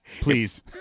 please